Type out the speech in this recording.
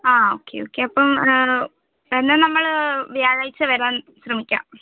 ആ okay okay അപ്പം എന്നാൽ നമ്മൾ വ്യാഴാഴ്ച വരാൻ ശ്രമിക്കാം